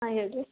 ಹಾಂ ಹೇಳ್ರಿ